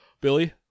billy